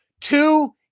two